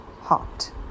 hot